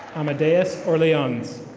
amadeus orleonz.